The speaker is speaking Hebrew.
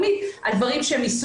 דווקא בעת